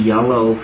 Yellow